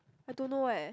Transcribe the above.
I don't know eh